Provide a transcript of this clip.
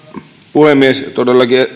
puhemies todellakin